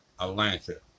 Atlanta